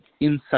inside